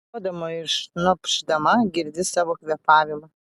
alsuodama ir šnopšdama girdi savo kvėpavimą